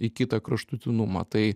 į kitą kraštutinumą tai